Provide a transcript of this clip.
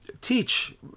teach